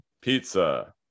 pizza